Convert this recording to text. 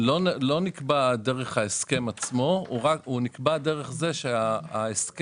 לא נקבע דרך ההסכם עצמו, הוא נקבע דרך זה שיש